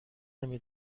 نمی